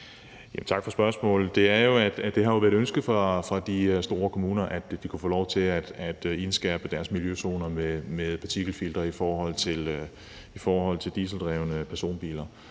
Tak for spørgsmålet. Det har jo været et ønske fra de store kommuner, at de kunne få lov til at indskærpe deres miljøzoner med partikelfiltre i forhold til dieseldrevne personbiler,